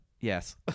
Yes